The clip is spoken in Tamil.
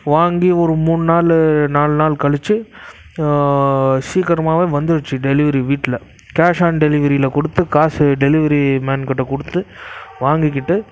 வாங்கி ஒரு மூணு நாள் நாலு நாள் கழிச்சு சீக்கிரமாகவே வந்துடுச்சு டெலிவரி வீட்டில் கேஷ் ஆன் டெலிவரியில் கொடுத்து காசு டெலிவரி மேன்கிட்ட கொடுத்து வாங்கிக்கிட்டு